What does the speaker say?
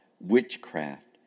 witchcraft